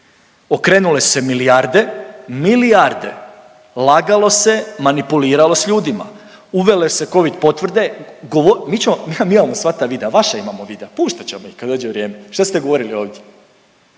Okrenule su se milijarde, milijarde, lagalo se, manipuliralo s ljudima, uvele se covid potvrde, govo…, mi ćemo, mi vam imamo sva ta videa, vaša imamo videa, puštat ćemo mi kad dođe vrijeme, šta ste govorili ovdje,